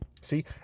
See